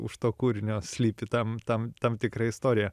už to kūrinio slypi tam tam tam tikra istorija